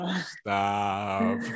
Stop